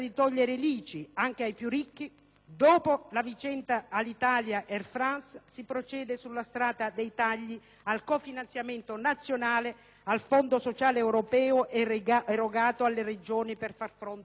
dopo la vicenda Alitalia-Air France, si procede sulla strada dei tagli al cofinanziamento nazionale al Fondo sociale europeo erogato alle Regioni per far fronte alla formazione dei lavoratori.